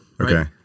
Okay